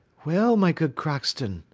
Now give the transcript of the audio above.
well, my good crockston,